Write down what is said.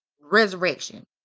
resurrection